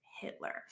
Hitler